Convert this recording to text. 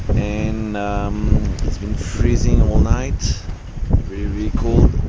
and it's been freezing all night really cold,